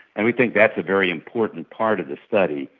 and we think that's a very important part of the study.